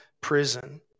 prison